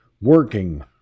working